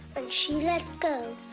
and she let go,